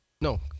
No